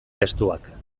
testuak